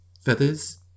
feathers